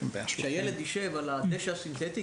שהילד יישב על הדשא הסינתטי,